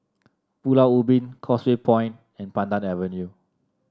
Pulau Ubin Causeway Point and Pandan Avenue